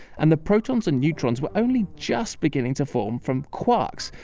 and the protons and neutrons were only just beginning to form from quarks,